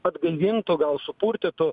atgaivintų gal supurtytų